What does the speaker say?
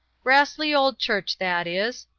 grassley old church that is.